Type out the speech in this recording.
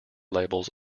labels